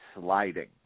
sliding